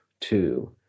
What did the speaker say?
Two